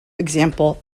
examples